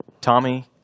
Tommy